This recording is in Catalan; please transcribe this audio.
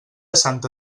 santa